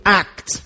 act